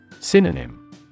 Synonym